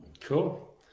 cool